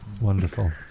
Wonderful